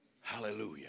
Hallelujah